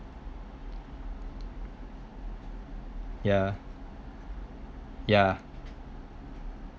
yeah yeah